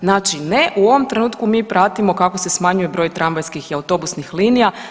Znači ne u ovom trenutku mi pratimo kako se smanjuje broj tramvajskih i autobusnih linija.